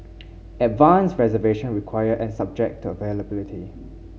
advanced reservation required and subject to availability